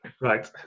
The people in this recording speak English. Right